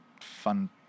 fun